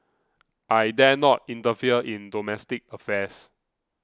I dare not interfere in domestic affairs